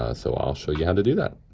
ah so i'll show you how to do that.